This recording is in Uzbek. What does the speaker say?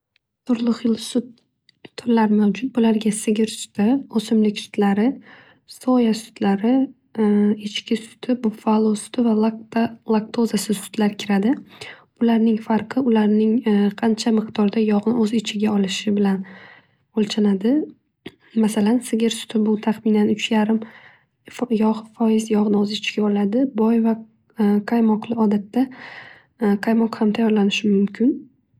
Turli xil sut turlari mavjud. Bularga sigir suti o'simlik sutlari, so'ya sutlari, echki suti, buffalo suti va laktozasiz sutlar kiradi. Bularning farqi ularning qancha miqtorda yog'ni o'z ichiga olishi bilan o'lchanadi. Masalan sigir sutida tahminan uch yarim foiz yog'ni o'z ichiga oladi boy va qaymoqli odatda qaymoq ham tayorlanishi mumkin.